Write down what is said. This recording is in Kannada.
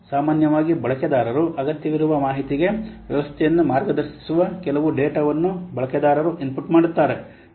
ಸಾಮಾನ್ಯವಾಗಿ ಬಳಕೆದಾರರು ಅಗತ್ಯವಿರುವ ಮಾಹಿತಿಗೆ ವ್ಯವಸ್ಥೆಯನ್ನು ಮಾರ್ಗದರ್ಶಿಸುವ ಕೆಲವು ಡೇಟಾವನ್ನು ಬಳಕೆದಾರರು ಇನ್ಪುಟ್ ಮಾಡುತ್ತಾರೆ